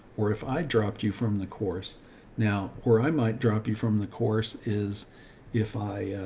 or if i dropped you from the course now, or i might drop you from the course is if i,